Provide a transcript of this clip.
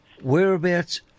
Whereabouts